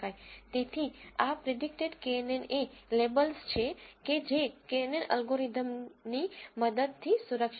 તેથી આ predicted KNN એ લેબલ્સ છે કે જે કેએનએન અલગોરિધમની મદદથી સુરક્ષિત છે